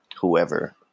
whoever